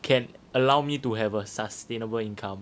can allow me to have a sustainable income